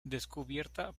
descubierta